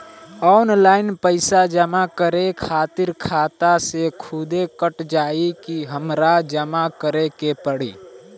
Online पैसा जमा करे खातिर खाता से खुदे कट जाई कि हमरा जमा करें के पड़ी?